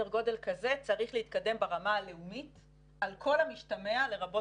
גודל כזה צריך להתקדם ברמה הלאומית על כל המשתמע מכך לרבות